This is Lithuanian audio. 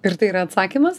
ir tai yra atsakymas